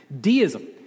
deism